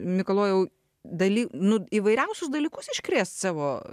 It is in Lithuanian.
mikalojau daly nu įvairiausius dalykus iškrėst savo